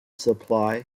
supply